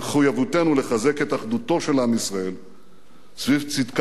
לחזק את אחדותו של עם ישראל סביב צדקת דרכו,